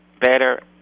better